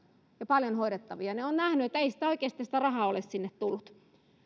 ja on ollut paljon hoidettavia ei sitä rahaa oikeasti ole sinne tullut